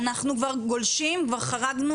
אנחנו כבר גולשים וכבר חרגנו מהזמן.